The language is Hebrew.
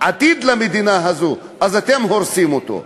עתיד למדינה הזאת, אתם הורסים אותו.